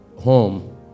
home